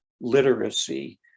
literacy